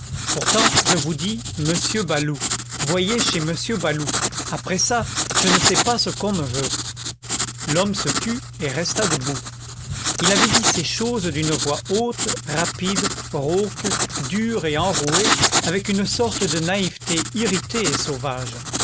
pourtant je vous dis monsieur baloup voyez chez monsieur baloup après ça je ne sais pas ce qu'on me veut l'homme se tut et resta debout il avait dit ces choses d'une voix haute rapide rauque dure et enrouée avec une sorte de naïveté irritée et sauvage